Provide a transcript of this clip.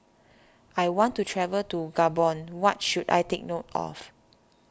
I want to travel to Gabon what should I take note of